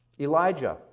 Elijah